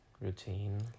routine